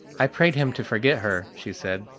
i prayed him to forget her, she said,